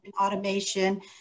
automation